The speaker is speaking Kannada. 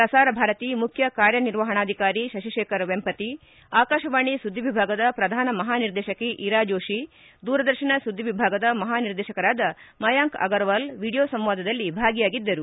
ಪ್ರಸಾರ ಭಾರತಿ ಮುಖ್ಯ ಕಾರ್ಯನಿರ್ವಹಣಾಧಿಕಾರಿ ಶಶಿಶೇಖರ್ ವೆಂಪಥಿ ಆಕಾಶವಾಣಿ ಸುದ್ದಿ ವಿಭಾಗದ ಪ್ರಧಾನ ಮಹಾ ನಿರ್ದೇಶಕಿ ಇರಾಜೋಷಿ ದೂರದರ್ಶನ ಸುದ್ದಿ ವಿಭಾಗದ ಮಹಾ ನಿರ್ದೇಶಕರಾದ ಮಾಯಾಂಕ್ ಅಗರ್ವಾಲ್ ವಿಡಿಯೋ ಸಂವಾದದಲ್ಲಿ ಭಾಗಿಯಾಗಿದ್ದರು